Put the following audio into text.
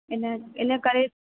इन इन करे